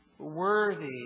worthy